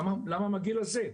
למה דווקא מהגיל הזה?